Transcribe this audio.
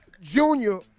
Junior